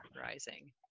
rising